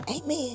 Amen